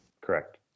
Correct